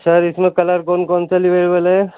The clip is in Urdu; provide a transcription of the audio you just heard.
سر اِس میں کلر کون کون سے ایویلیبل ہیں